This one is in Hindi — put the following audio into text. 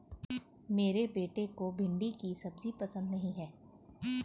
मेरे बेटे को भिंडी की सब्जी पसंद नहीं है